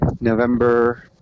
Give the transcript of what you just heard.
November